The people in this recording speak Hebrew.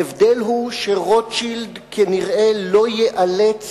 ההבדל הוא שרוטשילד כנראה לא ייאלץ